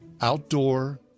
Outdoor